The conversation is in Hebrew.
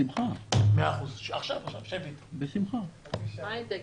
תודה רבה.